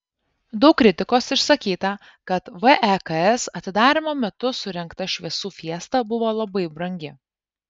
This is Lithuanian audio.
daug kritikos išsakyta kad veks atidarymo metu surengta šviesų fiesta buvo labai brangi